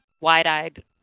wide-eyed